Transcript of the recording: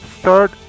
start